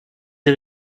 sie